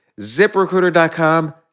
ZipRecruiter.com